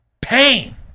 pain